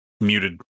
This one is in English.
muted